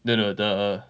no no the